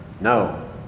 No